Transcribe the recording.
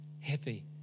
Happy